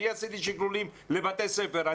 אני עשיתי שקלולים לבתי ספר,